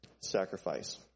Sacrifice